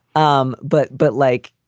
um but but like,